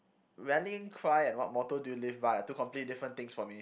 rallying cry and what motto do you live by are two completely different things from it